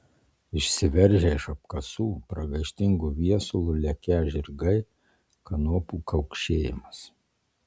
išsiveržę iš apkasų pragaištingu viesulu lekią žirgai kanopų kaukšėjimas